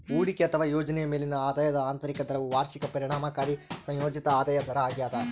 ಹೂಡಿಕೆ ಅಥವಾ ಯೋಜನೆಯ ಮೇಲಿನ ಆದಾಯದ ಆಂತರಿಕ ದರವು ವಾರ್ಷಿಕ ಪರಿಣಾಮಕಾರಿ ಸಂಯೋಜಿತ ಆದಾಯ ದರ ಆಗ್ಯದ